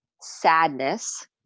sadness